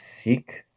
seek